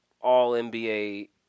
all-NBA